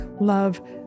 love